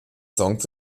songs